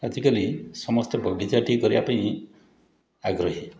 ଆଜିକାଲି ସମସ୍ତେ ବଗିଚାଟିଏ କରିବାପାଇଁ ଆଗ୍ରହୀ